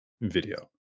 video